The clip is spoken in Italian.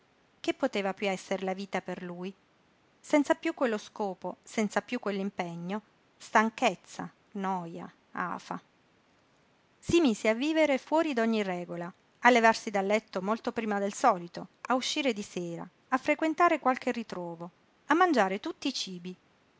che poteva piú essere la vita per lui senza piú quello scopo senza piú quell'impegno stanchezza noja afa si mise a vivere fuori d'ogni regola a levarsi da letto molto prima del solito a uscire di sera a frequentare qualche ritrovo a mangiare tutti i cibi